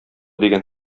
дигән